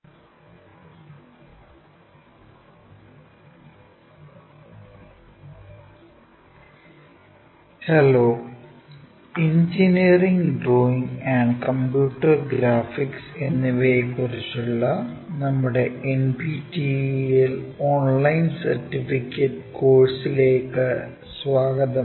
orthographic projection II part 4 hello engineering drawing and computer graphics എന്നിവയെക്കുറിച്ചുള്ള നമ്മുടെ NPTEL online certification കോഴ്സുകളിലേക്ക് സ്വാഗതം